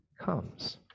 comes